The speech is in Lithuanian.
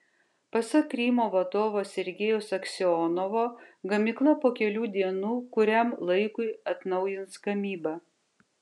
pasak krymo vadovo sergejaus aksionovo gamykla po kelių dienų kuriam laikui atnaujins gamybą